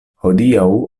hodiaŭ